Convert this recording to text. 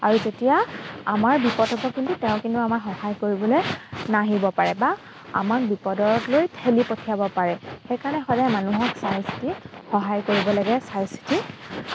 আৰু তেতিয়া আমাৰ বিপদ হ'ব কিন্তু তেওঁ কিন্তু আমাৰ সহায় কৰিবলৈ নাহিব পাৰে বা আমাক বিপদলৈ ঠেলি পঠিয়াব পাৰে সেইকাৰণে সদায় মানুহক চাই চিতি সহায় কৰিব লাগে চাই চিতি